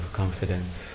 confidence